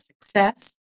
success